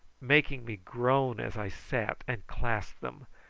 making me groan as i sat and clasped them,